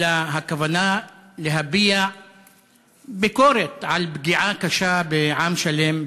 אלא הכוונה היא להביע ביקורת על פגיעה קשה בעם שלם,